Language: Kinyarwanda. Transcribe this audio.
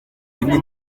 rimwe